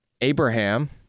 Abraham